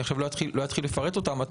אני לא אתחיל לפרט אותם עכשיו,